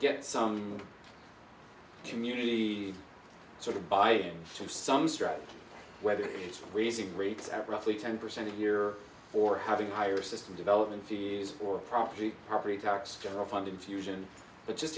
get some community sort of bite from some strategy whether it's raising rates at roughly ten percent a year for having higher system development fears for property property tax general fund infusion but just